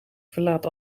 verlaat